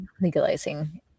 legalizing